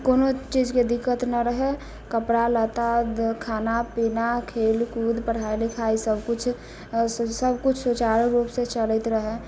कोनो चीजके दिक्कत नहि रहै कपड़ा लत्ता खाना पीना खेलकूद पढ़ाइ लिखाइ सबकिछु सबकिछु सुचारु रूपसँ चलैत रहै